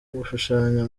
gushushanya